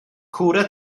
kura